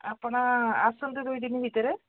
ଆପଣ ଆସନ୍ତୁ ଦୁଇ ଦିନ ଭିତରେ